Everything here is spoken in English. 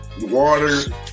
Water